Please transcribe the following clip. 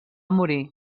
morir